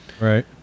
right